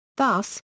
Thus